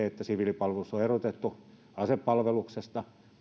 että siviilipalvelus on erotettu asepalveluksesta